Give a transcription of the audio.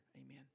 amen